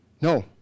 No